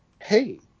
Hey